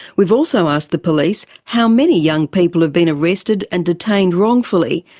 we've also asked the police how many young people have been arrested and detained wrongfully.